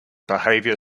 behaviour